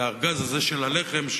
והארגז הזה של הלחם,